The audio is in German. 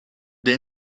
der